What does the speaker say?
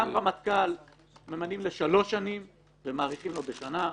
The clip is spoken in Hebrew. גם רמטכ"ל ממנים לשלוש שנים ומאריכים לו בשנה,